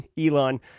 Elon